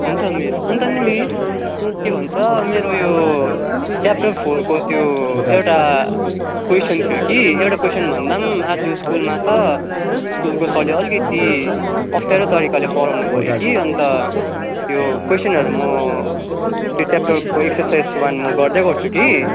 हुन्छ मिस अन्त नि मिस के भन्छ मेरो उयो च्याप्टर फोरको त्यो एउटा कोइसन थियो कि एउटा क्वेसन भन्दा पनि आज स्कुलमा त स्कुलको सरले अलिकिति अफ्ठ्यारो तरिकाले पढाउनु भयो कि अन्त त्यो क्वेसनहरूमो च्यापटरको एक्सर्साइज वान मो गर्दै गर्छु कि